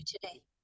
today